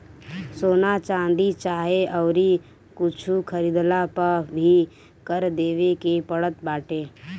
सोना, चांदी चाहे अउरी कुछु खरीदला पअ भी कर देवे के पड़त बाटे